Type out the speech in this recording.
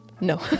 no